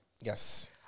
Yes